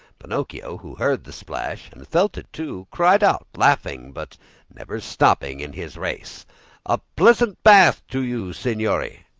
pinocchio who heard the splash and felt it, too, cried out, laughing, but never stopping in his race a pleasant bath to you, signori!